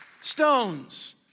Stones